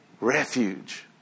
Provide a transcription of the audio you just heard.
refuge